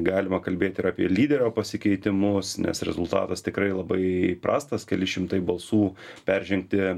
galima kalbėt ir apie lyderio pasikeitimus nes rezultatas tikrai labai prastas keli šimtai balsų peržengti